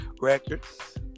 records